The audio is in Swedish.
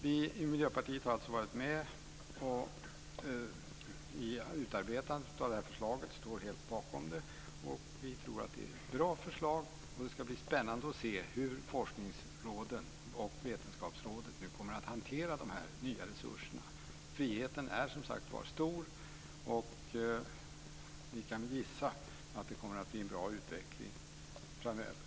Vi i Miljöpartiet har alltså varit med i utarbetandet av det här förslaget och står helt bakom det. Vi tror att det är ett bra förslag. Det ska bli spännande att se hur forskningsråden och Vetenskapsrådet nu kommer att hantera de nya resurserna. Friheten är stor, som sagt var, och vi kan gissa att det kommer att bli en bra utveckling framöver.